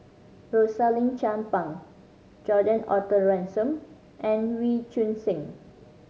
Rosaline Chan Pang Gordon Arthur Ransome and Wee Choon Seng